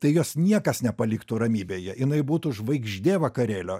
tai jos niekas nepaliktų ramybėje jinai būtų žvaigždė vakarėlio